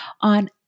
on